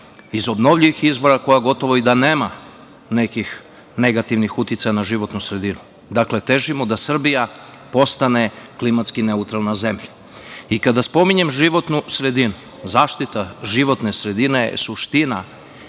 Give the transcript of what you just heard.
iz obnovljivih izvora, koja gotovo i da nema nekih negativnih uticaja na životnu sredinu. Dakle, težimo da Srbija postane klimatski neutralna zemlja. Kada spominjem životnu sredinu, zaštita životne sredine je suština